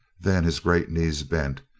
then his great knees bent,